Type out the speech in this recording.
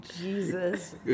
Jesus